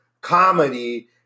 comedy